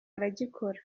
aragikora